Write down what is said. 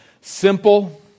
simple